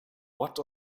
what